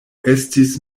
estis